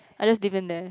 I just leave them there